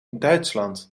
duitsland